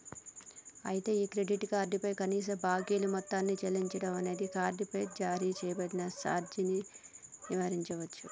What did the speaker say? అయితే ఈ credit card పై కనీస బాకీలు మొత్తాన్ని చెల్లించడం అనేది కార్డుపై జరిమానా సార్జీని నివారించవచ్చు